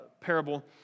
parable